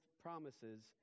promises